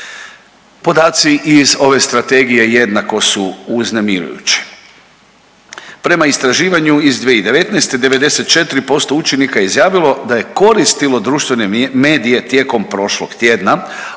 Podaci iz ove strategije jednako su uznemirujući. Prema istraživanju iz 2019. 94% učenika je izjavilo da je koristilo društvene medije tijekom prošlog tjedna, a